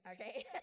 okay